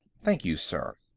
thank you, sir.